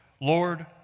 lord